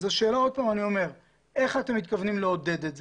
אז שוב אני שואל: איך אתם מתכוונים לעודד את זה?